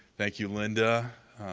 thank you, linda,